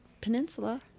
peninsula